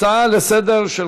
הצעות מס' 7073 ו-7108.